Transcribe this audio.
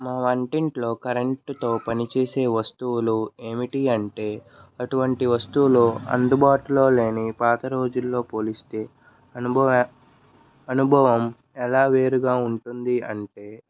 మా వంటింట్లో కరెంటుతో పని చేసే వస్తువులు ఏమిటీ అంటే అటువంటి వస్తువులు అందుబాటులో లేని పాత రోజుల్లో పోలిస్తే అనుభవ అనుభవం ఎలా వేరుగా ఉంటుంది అంటే